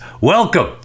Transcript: Welcome